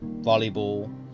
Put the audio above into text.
volleyball